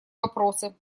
вопросы